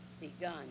begun